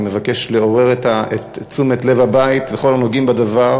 אני מבקש לעורר את תשומת לב הבית וכל הנוגעים בדבר